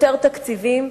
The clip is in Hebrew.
יותר תקציבים,